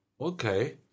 Okay